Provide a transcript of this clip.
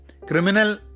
criminal